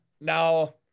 now